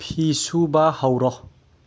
ꯐꯤ ꯁꯨꯕ ꯍꯧꯔꯣ